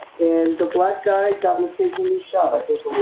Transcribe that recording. and the black guy got mistakingly shot. i